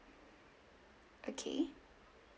okay